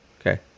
okay